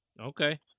Okay